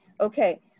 okay